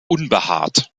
unbehaart